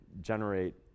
generate